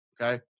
Okay